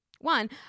One –